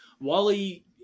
Wally